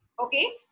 okay